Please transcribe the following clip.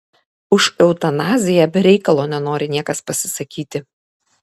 už eutanaziją be reikalo nenori niekas pasisakyti